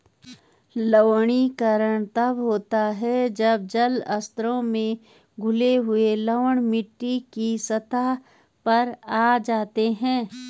लवणीकरण तब होता है जब जल स्तरों में घुले हुए लवण मिट्टी की सतह पर आ जाते है